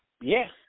Yes